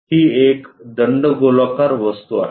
ही एक दंडगोलाकार वस्तू आहे